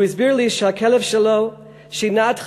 הוא הסביר לי שהכלב שלו שינה את חייו,